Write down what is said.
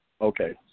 Okay